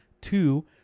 two